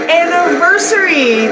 anniversary